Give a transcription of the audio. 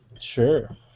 Sure